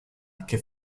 che